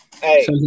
Hey